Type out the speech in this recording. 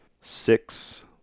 six